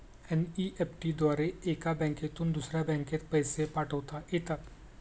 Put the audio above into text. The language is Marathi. एन.ई.एफ.टी द्वारे एका बँकेतून दुसऱ्या बँकेत पैसे पाठवता येतात